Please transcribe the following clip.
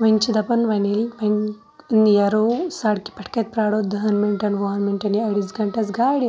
وۄنۍ چھِ دَپان وَن ییٚلہِ وۄنۍ نیرو سَڑکہِ پیٚٹھ کَتہِ پیارو دَہَن مِنٹَن وُہَن مِنٹَن یا أڈِس گَنٛٹَس گاڑِ